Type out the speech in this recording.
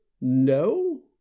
No